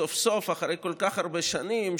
סוף-סוף אחרי כל כך הרבה שנים,